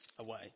away